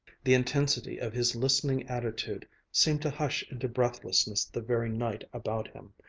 the intensity of his listening attitude seemed to hush into breathlessness the very night about him,